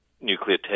nuclear